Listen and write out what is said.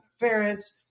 interference